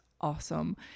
awesome